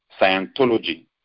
Scientology